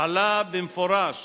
עלה במפורש